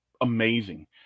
amazing